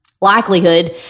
likelihood